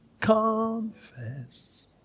confess